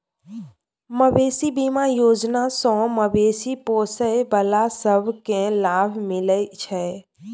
मबेशी बीमा योजना सँ मबेशी पोसय बला सब केँ लाभ मिलइ छै